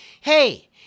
Hey